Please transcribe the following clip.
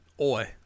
Oi